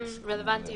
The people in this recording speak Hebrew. קוראת: